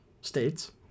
states